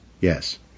yes